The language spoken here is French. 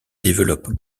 développe